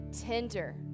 Tender